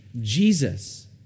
Jesus